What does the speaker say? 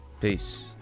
Peace